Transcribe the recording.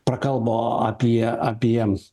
prakalbo apie apie